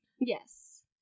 Yes